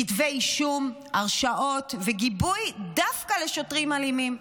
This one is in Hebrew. כתבי אישום, הרשעות, גיבוי דווקא לשוטרים אלימים.